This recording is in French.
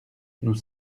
nous